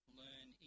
learn